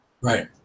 Right